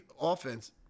offense